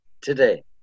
today